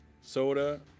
Soda